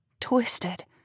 twisted